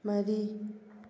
ꯃꯔꯤ